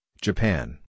Japan